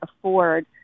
afford